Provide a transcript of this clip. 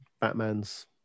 Batman's